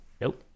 nope